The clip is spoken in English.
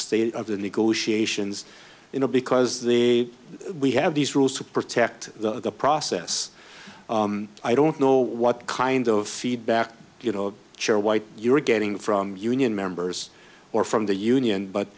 state of the negotiations you know because the we have these rules to protect the process i don't know what kind of feedback you know share white you're getting from union members or from the union but